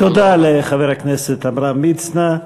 תודה לחבר הכנסת עמרם מצנע.